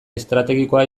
estrategikoa